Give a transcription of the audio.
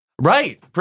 Right